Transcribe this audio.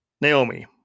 Naomi